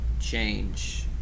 change